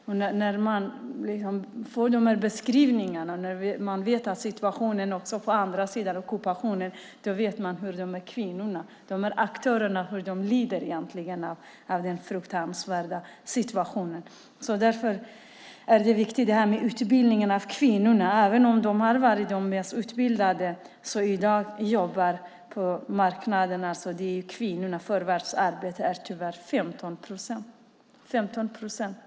När man får höra de här beskrivningarna av ockupationen förstår man hur de kvinnliga aktörerna lider av den fruktansvärda situationen. Därför är det viktigt med utbildning av kvinnorna, även om de har varit de mest utbildade. I dag jobbar de på marknaderna, och kvinnornas förvärvsarbetsgrad är tyvärr 15 procent.